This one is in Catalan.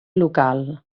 local